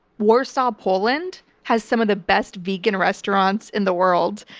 warsaw, poland has some of the best vegan restaurants in the world,